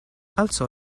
alzò